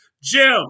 Jim